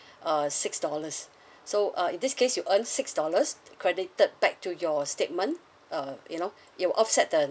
uh six dollars so uh in this case you earn six dollars credit third back to your statement uh you know you offset the